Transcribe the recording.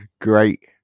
Great